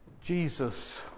Jesus